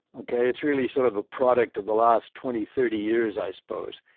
okay? it's really sort of a product of the last twenty thirty years i suppose.